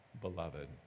beloved